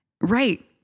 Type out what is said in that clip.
Right